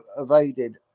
evaded